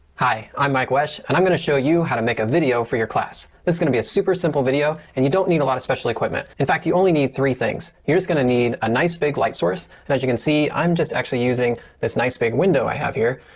hi, i'm mike wesch, and i'm going to show you how to make a video for your class. it's gonna be a super simple video and you don't need a lot of special equipment. in fact, you only need three things. here's gonna need a nice big light source. and as you can see, i'm just actually using this nice big window i have here.